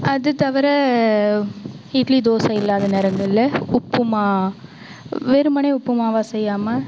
அது தவிர இட்லி தோசை இல்லாத நேரங்களில் உப்புமா வெறுமனையே உப்புமாவாக செய்யாமல்